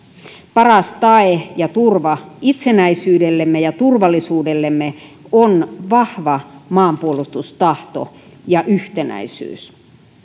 paras tae ja turva itsenäisyydellemme ja turvallisuudellemme on vahva maanpuolustustahto ja yhtenäisyys